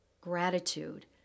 gratitude